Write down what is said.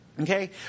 Okay